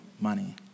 money